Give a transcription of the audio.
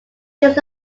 these